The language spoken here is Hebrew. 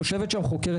יושבת שם חוקרת.